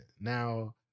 Now